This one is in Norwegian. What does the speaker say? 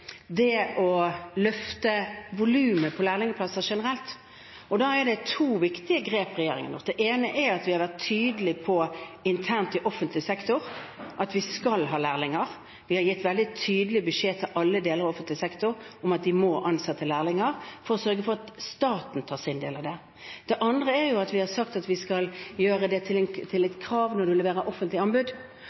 har vært tydelig på at vi skal ha lærlinger. Vi har gitt veldig tydelig beskjed til alle deler av offentlig sektor om at de må ansette lærlinger for å sørge for at staten tar sin del av det. Det andre er at vi har sagt at vi skal gjøre det til et krav når man leverer inn et offentlig anbud.